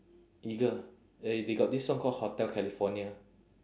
eagle they they got this song call hotel california